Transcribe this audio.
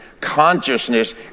consciousness